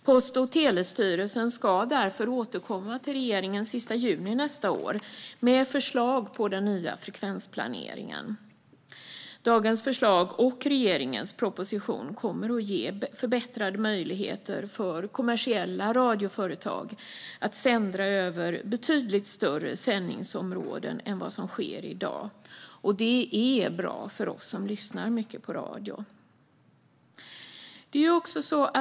Post och telestyrelsen ska därför återkomma till regeringen den sista juni nästa år med förslag på den nya frekvensplaneringen. Dagens förslag och regeringens proposition kommer att ge förbättrade möjligheter för kommersiella radioföretag att sända över betydligt större sändningsområden än vad som sker i dag. Det är bra för oss som lyssnar mycket på radio.